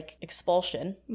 expulsion